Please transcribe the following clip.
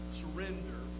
surrender